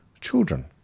children